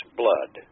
blood